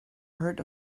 heard